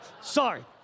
Sorry